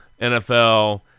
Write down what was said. NFL